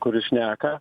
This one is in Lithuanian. kuris šneka